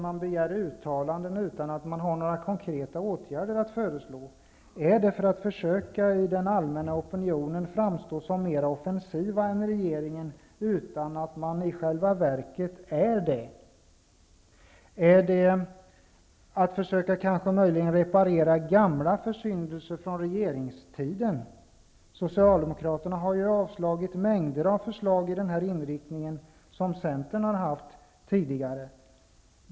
Man begär ju uttalanden utan att ha några förslag till konkreta åtgärder. Gör man så här därför att man inför den allmänna opinionen vill framstå som mera offensiv än regeringen, trots att man i själva verket inte är det? Eller försöker man möjligen reparera efter gamla försyndelser under regeringstiden? Socialdemokraterna har ju yrkat avslag på en mängd förslag med samma inriktning som tidigare centerförslag.